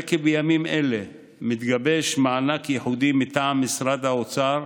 נראה כי בימים אלה מתגבש מענק ייחודי מטעם משרד האוצר,